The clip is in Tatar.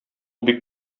бик